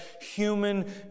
human